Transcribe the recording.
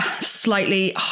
slightly